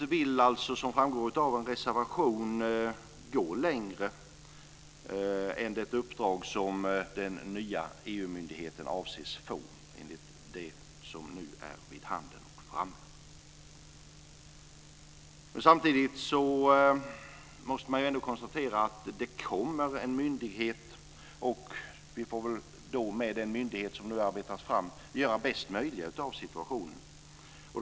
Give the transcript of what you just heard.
Som framgår av en reservation vill Centerpartiet gå längre än det uppdrag som den nya EU myndigheten avses få enligt det som nu föreslås. Samtidigt måste man konstatera att det kommer en myndighet. Vi får väl göra det bästa möjliga av situationen med den myndighet som arbetats fram.